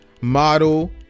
model